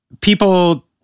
people